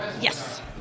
Yes